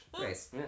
Nice